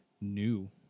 new